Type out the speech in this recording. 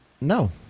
no